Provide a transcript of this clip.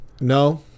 no